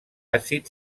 àcid